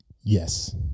Yes